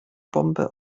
bombe